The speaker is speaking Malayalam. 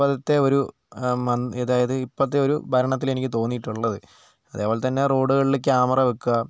ഇപ്പോഴത്തെ ഒരു അതായത് ഇപ്പോഴത്തെ ഒരു ഭരണത്തിൽ എനിക്ക് തോന്നിയിട്ടുള്ളത് അതുപോലെതന്നെ റോഡുകളിൽ ക്യാമറ വയ്ക്കുക